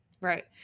Right